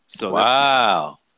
Wow